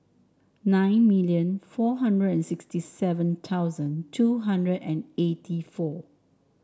nine million four hundred and sixty seven thousand two hundred and eighty four